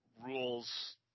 rules